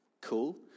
cool